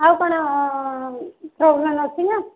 ଆଉ କ'ଣ ପ୍ରୋବ୍ଲେମ୍ ଅଛି ନା